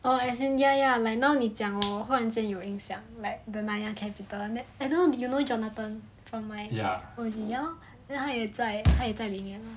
oh as in ya ya like now 你讲我换才有印象 like the nanyang capital I don't you know jonathan from my O_G ya lor then 他他在他他在里面